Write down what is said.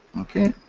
ok.